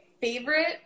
Favorite